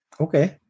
Okay